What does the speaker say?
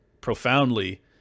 profoundly